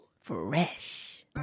fresh